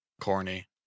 corny